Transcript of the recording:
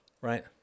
right